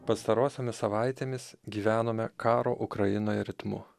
pastarosiomis savaitėmis gyvenome karo ukrainoje ritmu